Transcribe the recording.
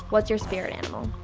what's your spirit animal?